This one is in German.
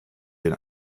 den